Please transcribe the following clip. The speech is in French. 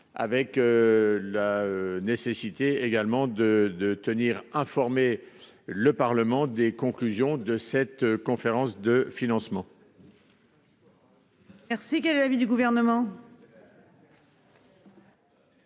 avec. La nécessité également de de tenir informer le Parlement des conclusions de cette conférence de financement.